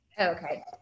Okay